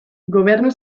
gobernu